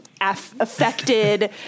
affected